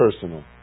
personal